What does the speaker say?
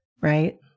right